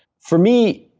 for me,